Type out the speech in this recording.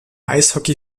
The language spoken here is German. eishockey